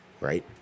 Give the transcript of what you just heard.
right